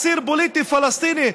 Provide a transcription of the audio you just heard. אסיר פוליטי פלסטיני,